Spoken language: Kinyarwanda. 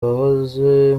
wahoze